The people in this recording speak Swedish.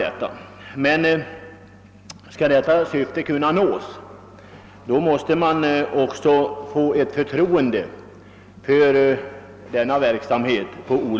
För att detta syfte skall kunna nås måste det emellertid också skapas ett förtroende för denna verksamhet.